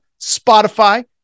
Spotify